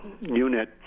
unit